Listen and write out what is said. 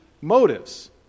motives